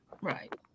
Right